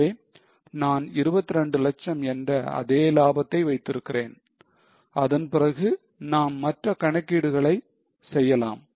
எனவே நான் 22 லட்சம் என்ற அதே லாபத்தை வைத்திருக்கிறேன் அதன் பிறகு நாம் மற்ற கணக்கீடுகளை செய்யலாம்